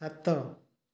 ସାତ